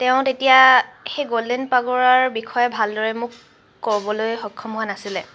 তেওঁ তেতিয়া সেই গল্ডেন পেগোডাৰ বিষয়ে ভালদৰে মোক ক'বলৈ সক্ষম হোৱা নাছিলে